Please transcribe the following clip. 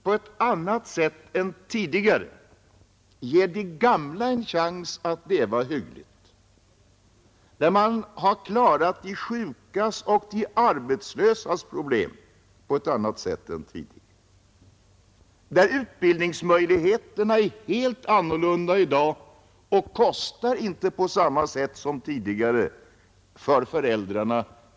På ett annat sätt än tidigare har man givit de gamla en chans att leva hyggligt och löst de sjukas och arbetslösas problem. Utbildningsmöjligheterna är helt annorlunda i dag och drar inte på samma sätt som tidigare några kostnader för föräldrarna.